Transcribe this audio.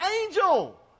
angel